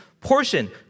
Portion